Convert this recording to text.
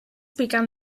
began